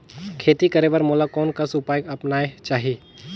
खेती करे बर मोला कोन कस उपाय अपनाये चाही?